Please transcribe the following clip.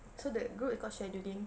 so that group is called scheduling